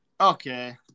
Okay